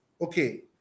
okay